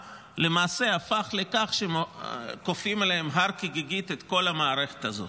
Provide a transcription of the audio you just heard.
למעשה הפך לכך שכופים עליהם הר כגיגית את כל המערכת הזאת.